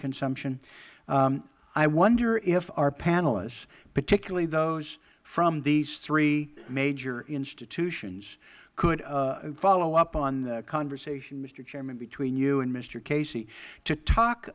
consumption i wonder if our panelists particularly those from these three major institutions could follow up on the conversation mister chairman between you and mister casey to talk